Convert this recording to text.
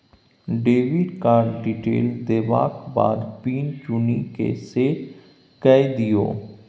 debit card detail देबाक बाद pin चुनि कए सेट कए दियौ